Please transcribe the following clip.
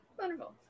wonderful